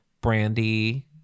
Brandy